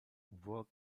work